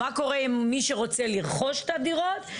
מה קורה עם מי שרוצה לרכוש את הדירות,